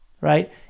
right